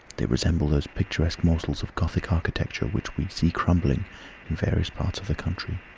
they resemble those picturesque morsels of gothic architecture which we see crumbling in various parts of the country,